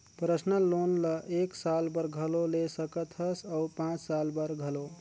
personal loan ल एक साल बर घलो ले सकत हस अउ पाँच साल बर घलो